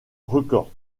records